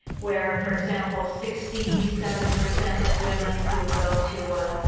where, for example, sixty seven percent of women who go to a